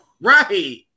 Right